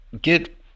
get